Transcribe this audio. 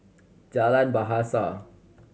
Jalan Bahasa